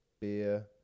beer